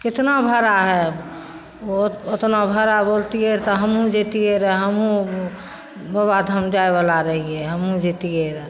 केतना भाड़ा हइ बहुत ओतना भाड़ा बोलतियै रऽ तऽ हमहुँ जैतियै रऽ हमहुँ बबाधाम जायवला रहियै हमहुँ जैतियै रऽ